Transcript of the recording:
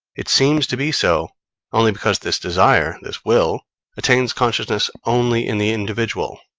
it seems to be so only because this desire this will attains consciousness only in the individual,